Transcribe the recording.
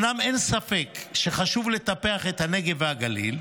אומנם אין ספק שחשוב לטפח את הנגב והגליל,